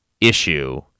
issue